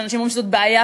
שאנשים אומרים שזאת בעיה,